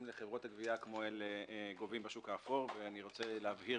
לחברות גבייה כמו אל גובים מהשוק האפור ואני רוצה להבהיר